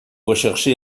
rechercher